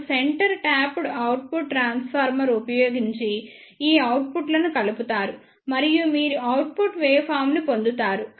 ఇప్పుడు centre tapped output transformer ఉపయోగించి ఈ అవుట్పుట్లను కలుపుతారు మరియు మీరు అవుట్పుట్ వేవ్ ఫార్మ్ ని పొందుతారు